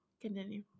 Continue